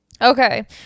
Okay